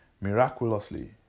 Miraculously